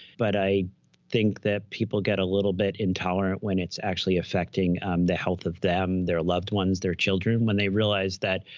but i think that people get a little bit intolerant when it's actually affecting the health of them, their loved ones, their children when they realize that,